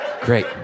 Great